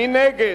מי נגד?